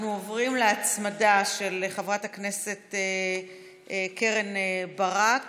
אנחנו עוברים להצמדה, ההצעה של חברת הכנסת קרן ברק